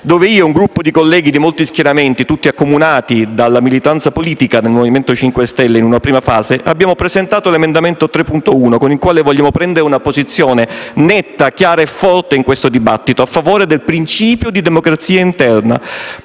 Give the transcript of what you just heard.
quale io ed un gruppo di colleghi di molti schieramenti, tutti accomunati dalla militanza politica nel Movimento 5 Stelle in una prima fase, abbiamo presentato l'emendamento 3.1, con il quale vogliamo prendere una posizione netta, chiara e forte nel dibattito, a favore del principio di democrazia interna;